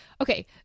Okay